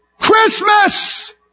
Christmas